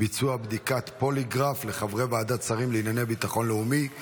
ביצוע בדיקת פוליגרף לחברי ועדת השרים לענייני ביטחון לאומי),